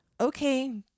Okay